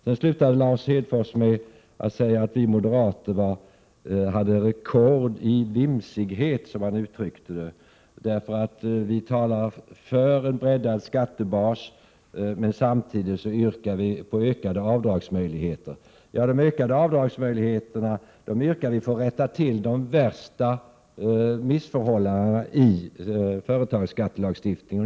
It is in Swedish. Lars Hedfors avslutade med att säga att vi moderater har rekord i vimsighet, som han uttryckte det, därför att vi talar för en breddad skattebas samtidigt som vi yrkar på ökade avdragsmöjligheter. De ökade avdragsmöjligheterna begär vi i syfte att rätta till de värsta missförhållandena i företagsskattelagstiftningen.